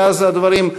ואז הדברים,